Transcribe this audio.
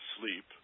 sleep